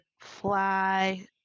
fly